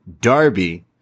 Darby